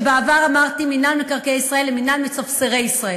ובעבר אמרתי: מינהל מקרקעי ישראל הוא מינהל מספסרי ישראל,